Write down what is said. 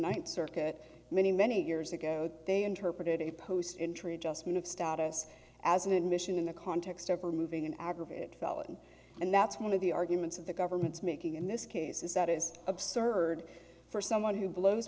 ninth circuit many many years ago they interpreted a post entry adjustment of status as an admission in the context of removing an aggregate felon and that's one of the arguments of the government's making in this case is that it is absurd for someone who blows